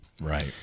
Right